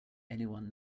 anyone